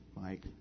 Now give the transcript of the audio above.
Mike